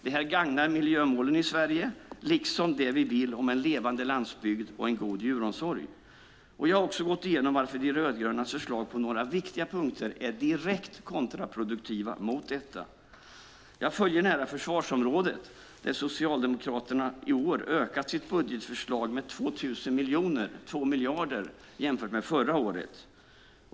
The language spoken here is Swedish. Detta gagnar miljömålen i Sverige liksom det vi vill om en levande landsbygd och en god djuromsorg. Jag har också gått igenom varför de rödgrönas förslag på några viktiga punkter är direkt kontraproduktiva mot detta. Jag följer nära försvarsområdet, där Socialdemokraterna i år ökat sitt budgetförslag med 2 000 miljoner, 2 miljarder, jämfört med förra året.